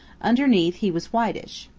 underneath he was whitish.